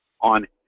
on